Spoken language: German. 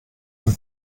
von